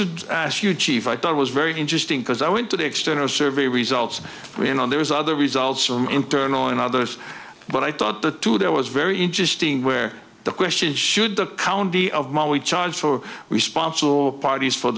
to ask you chief i thought was very interesting because i went to the extent of survey results you know there's other results from internal and others but i thought the two there was very interesting where the question should the county of molly charge for responsible parties for